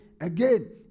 again